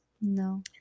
no